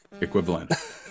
equivalent